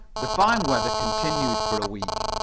the fine weather continued for a week,